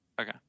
Okay